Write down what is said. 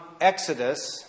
Exodus